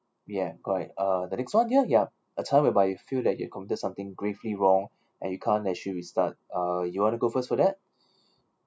ya quite uh the next one ya yup a time whereby you feel that you've committed something gravely wrong and you can't actually restart uh you want to go first for that